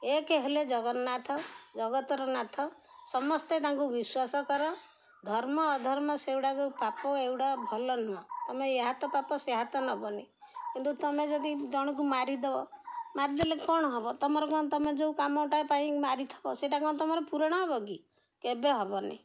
ଏକେ ହେଲେ ଜଗନ୍ନାଥ ଜଗତର ନାଥ ସମସ୍ତେ ତାଙ୍କୁ ବିଶ୍ୱାସ କର ଧର୍ମ ଅଧର୍ମ ସେଗୁଡ଼ା ସବୁ ପାପ ଏଗୁଡ଼ା ଭଲ ନୁହଁ ତୁମେ ଏ ହାତ ପାପ ସେ ହାତ ନବନି କିନ୍ତୁ ତୁମେ ଯଦି ଜଣକୁ ମାରିଦବ ମାରିଦେଲେ କ'ଣ ହବ ତୁମର କ'ଣ ତୁମେ ଯେଉଁ କାମଟା ପାଇଁ ମାରିଥବ ସେଇଟା କ'ଣ ତୁମର ପୁରଣ ହବ କି କେବେ ହବନି